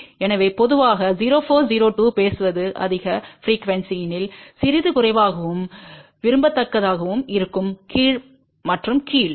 எனவே பொதுவாக 0402 பேசுவது அதிக ப்ரிக்யூவென்ஸிணில் சிறிது குறைவாகவும் விரும்பத்தக்கதாகவும் இருக்கும் கீழ் மற்றும் கீழ்